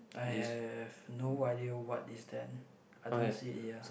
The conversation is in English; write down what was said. I have no idea what is that I don't see it here